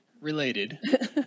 Related